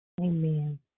Amen